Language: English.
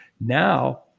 now